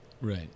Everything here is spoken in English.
Right